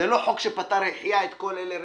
זה לא חוק שהחיה את כל אלה רטרואקטיבית.